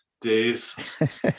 days